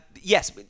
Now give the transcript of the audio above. yes